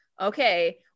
okay